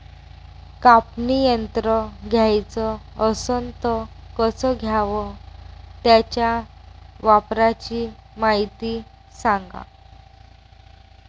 कापनी यंत्र घ्याचं असन त कस घ्याव? त्याच्या वापराची मायती सांगा